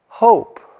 hope